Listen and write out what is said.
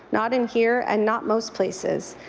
not in here and not most places.